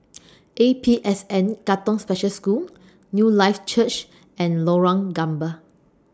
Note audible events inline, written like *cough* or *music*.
*noise* A P S N Katong Special School Newlife Church and Lorong Gambir